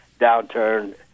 downturn